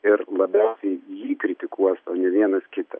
ir labiausiai jį kritikuos o ne vienas kitą